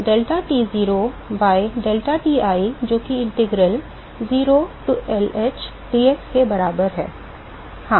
तो इसलिए ln deltaT0 by deltaTi जो कि integral 0 to Lh dx के बराबर है हां